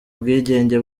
ubwigenge